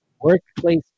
workplace